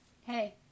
Hey